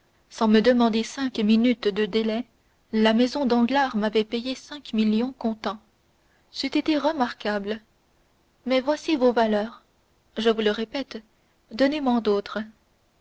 sans me demander cinq minutes de délai la maison danglars m'avait payé cinq millions comptant c'eût été remarquable mais voici vos valeurs je vous le répète donnez men d'autres et